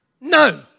no